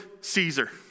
Caesar